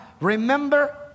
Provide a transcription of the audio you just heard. remember